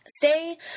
Stay